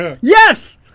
Yes